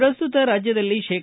ಪ್ರಸ್ತುತ ರಾಜ್ಯದಲ್ಲಿ ಶೇ